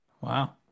Wow